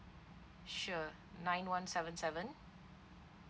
sure nine one seven seven